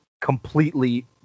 completely